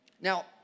Now